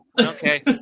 Okay